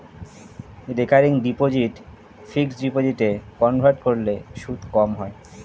recurring deposit fixed ডিপোজিটে convert করলে সুদ কম হয়